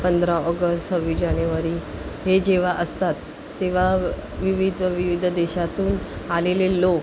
पंधरा ऑगस् सव्वीस जानेवारी हे जेव्हा असतात तेव्हा विविध विविध देशातून आलेले लोक